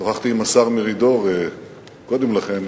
שוחחתי עם השר מרידור קודם לכן,